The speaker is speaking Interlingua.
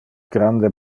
grande